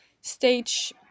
stage